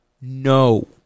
No